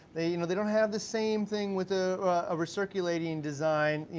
they you know they don't have the same thing with a ah recirculating design.